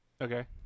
Okay